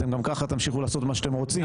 גם ככה אתם תמשיכו לעשות מה שאתם רוצים.